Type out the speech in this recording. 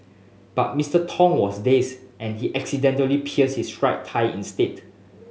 but Mister Tong was dazed and he accidentally pierced his right thigh instead